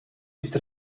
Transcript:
ist